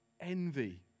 envy